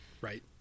Right